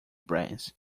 brains